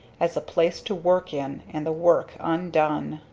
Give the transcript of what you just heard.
as a place to work in and the work undone.